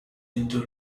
into